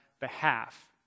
behalf